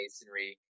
masonry